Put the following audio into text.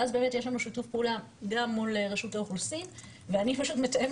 ואז באמת יש לנו שת"פ גם מול רשות האוכלוסין ואני פשוט מתאמת